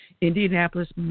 Indianapolis